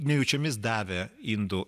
nejučiomis davė indų